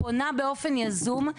פונה באופן יזום,